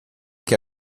che